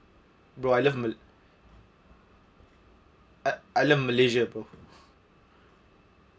bro I love Mal~ I love Malaysia bro